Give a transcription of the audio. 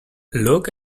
look